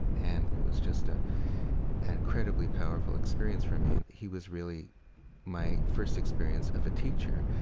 and it was just ah an incredibly powerful experience for me. and he was really my first experience of a teacher.